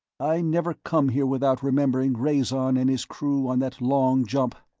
i never come here without remembering rhazon and his crew on that long jump.